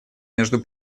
между